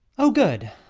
oh, good!